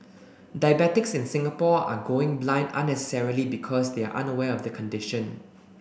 diabetics in Singapore are going blind unnecessarily because they are unaware of the condition